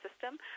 system